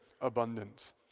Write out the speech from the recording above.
abundance